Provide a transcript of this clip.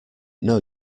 know